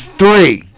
three